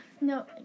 no